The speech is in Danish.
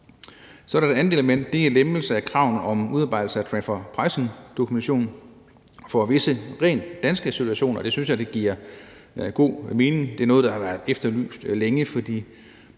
Så er der det andet element, nemlig lempelse af kravene om udarbejdelse af transfer pricing-dokumentation for visse rent danske situationer, og det synes jeg giver god mening. Det er noget, der har været efterlyst længe. For